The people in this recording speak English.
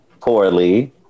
poorly